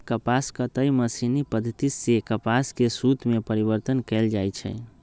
कपास कताई मशीनी पद्धति सेए कपास के सुत में परिवर्तन कएल जाइ छइ